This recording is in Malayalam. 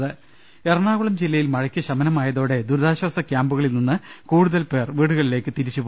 ങ്ങ ൽ എറണാകുളം ജില്ലയിൽ മഴയ്ക്ക് ശമനം ആയതോടെ ദുരിതാശ്വാസ ക്യാമ്പുകളിൽ നിന്ന് കൂടുതൽ പേർ വീടുകളിലേക്ക് മടങ്ങി